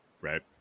Right